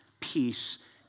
peace